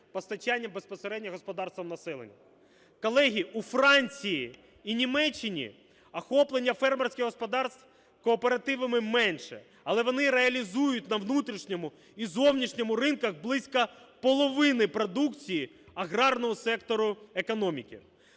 постачанням безпосередньо господарствам і населенню. Колеги, у Франції і Німеччині охоплення фермерських господарств кооперативами менше, але вони реалізують на внутрішньому і зовнішньому ринках близько половини продукції аграрного сектору економіки.